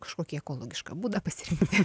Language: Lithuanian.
kažkokį ekologišką būdą pasirinkti